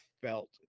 felt